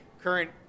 current